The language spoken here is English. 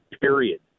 period